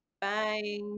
Bye